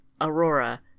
Aurora